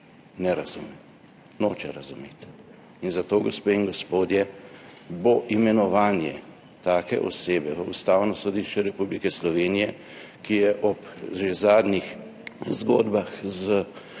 ne razume, noče razumeti. Zato, gospe in gospodje, bo imenovanje take osebe v ustavno sodišče Republike Slovenije, ki je ob že zadnjih zgodbah z